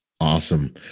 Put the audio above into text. Awesome